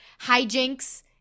hijinks